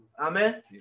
Amen